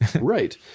Right